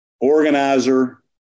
organizer